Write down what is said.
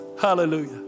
Hallelujah